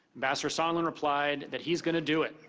ambassador sondland replied that he's going to do it.